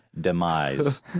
demise